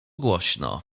głośno